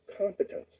competence